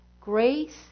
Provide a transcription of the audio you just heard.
Grace